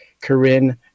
Corinne